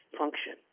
function